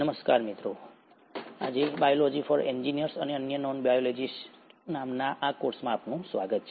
નમસ્કાર અને "biology for engineers અને અન્ય નોન બાયોલોજીસ્ટ" નામના આ કોર્સમાં આપનું સ્વાગત છે